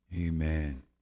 amen